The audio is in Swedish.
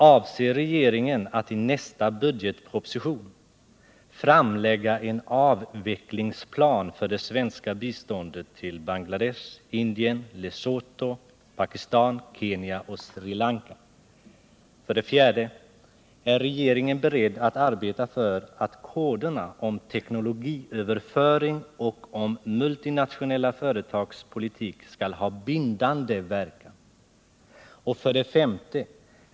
Avser regeringen att i nästa budgetproposition framlägga en avvecklingsplan för det svenska biståndet till Bangladesh, Indien, Lesotho, Pakistan, Kenya och Sri Lanka? 4. Är regeringen beredd att arbeta för att koderna om teknologiöverföring och om multinationella företags politik skall ha bindande verkan? 5.